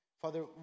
Father